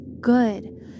good